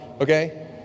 Okay